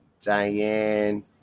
Diane